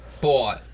bought